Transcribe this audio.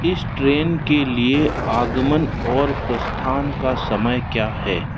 इस ट्रेन के लिए आगमन और प्रस्थान का समय क्या है